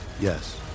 Yes